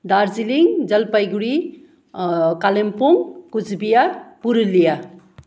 Darjeeling Jalpaiguri Kalimpong Coochbehar Purulia